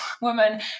woman